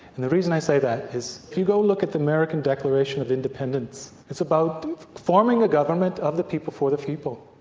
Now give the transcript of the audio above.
and the reason i say that is if you go look at the american declaration of independence, it's about informing the ah government of the people for the people,